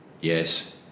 yes